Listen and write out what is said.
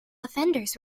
offenders